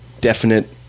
definite